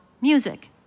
music